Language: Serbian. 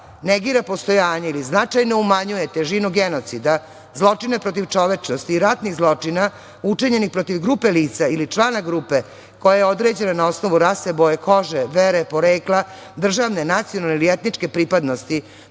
negira postojanje ili značajno umanjuje težinu genocida, zločina protiv čovečnosti ili raznog zločina učinjenih protiv grupe lica ili člana grupe koja je određena na osnovu rase, boje kože, vere, porekla, državne, nacionalne ili etničke pripadnosti